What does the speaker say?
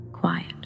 Quiet